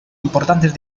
importantes